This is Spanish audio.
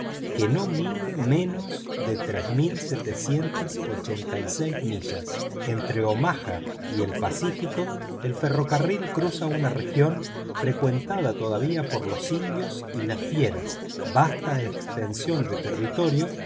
que no mide menos de tres mil setecientas ochenta y seis millas entre omaha y el pacífico el ferrocarril cruza una región frecuentada todavía por los indios y las fieras vasta extensión de territorio